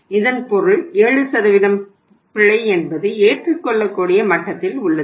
இதன் பொருள் 7 பிழை என்பது ஏற்றுக்கொள்ளக்கூடிய மட்டத்தில் உள்ளது